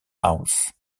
house